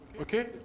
Okay